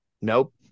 Nope